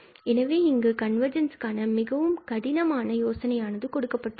எனவே இங்கு கன்வர்ஜென்ஸ் க்கான மிகவும் கடினமான யோசனை ஆனது கொடுக்கப்பட்டுள்ளது